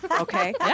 Okay